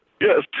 Yes